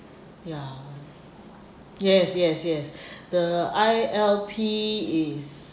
ya yes yes yes the I_L_P is